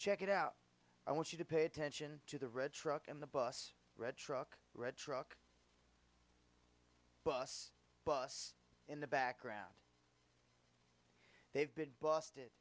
check it out i want you to pay attention to the red truck in the bus red truck red truck bus bus in the background they've been bust